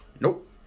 Nope